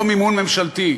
לא מימון ממשלתי,